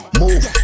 move